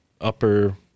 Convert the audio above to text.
upper